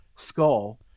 skull